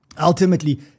ultimately